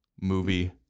Movie